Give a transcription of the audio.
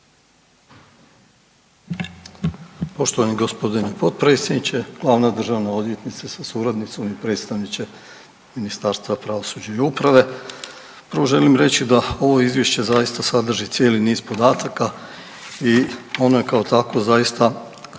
Poštovani g. potpredsjedniče, glavna državna odvjetnice sa suradnicom i predstavniče Ministarstva pravosuđa i uprave. Prvo želim reći da ovo izvješće zaista sadrži cijeli niz podataka i ono je kao takvo zaista